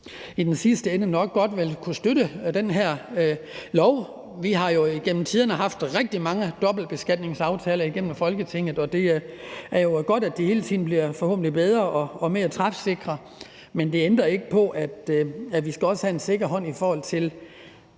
vi i sidste ende nok godt vil kunne støtte det her lovforslag. Vi har jo igennem tiderne behandlet rigtig mange dobbeltbeskatningsaftaler i Folketinget, og det er godt, at de hele tiden bliver bedre og mere træfsikre – det bliver de forhåbentlig – men det ændrer ikke på, at vi også skal have en sikker hånd, i forhold til